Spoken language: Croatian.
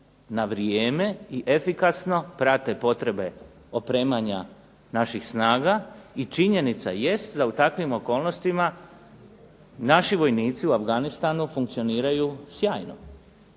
na vrijeme i efikasno prate potrebe opremanja naših snaga i činjenica jest da u takvim okolnostima naši vojnici u Afganistanu funkcioniraju sjajno.